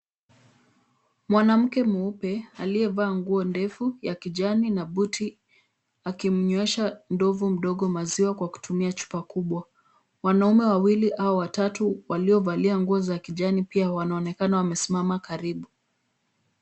Mwanamke mweupe aliyevaa nguo ndefu ya kijani na buti akimnywesha ndovu mdogo maziwa kwa kutumia chupa kubwa. Wanaume wawili au watatu waliovalia nguo za kijani pia wanaonekana wamesimama karibu.